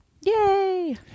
Yay